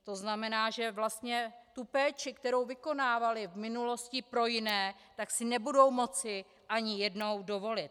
To znamená, že vlastně tu péči, kterou vykonávaly v minulosti pro jiné, si nebudou moci ani jednou dovolit.